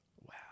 wow